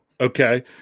Okay